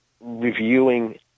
reviewing